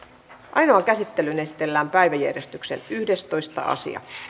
ainoaan käsittelyyn esitellään päiväjärjestyksen yhdestoista asia